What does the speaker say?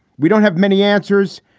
we don't have many answers.